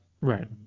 Right